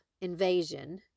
invasion